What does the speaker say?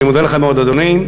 אני מודה לך מאוד, אדוני.